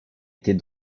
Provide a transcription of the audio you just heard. était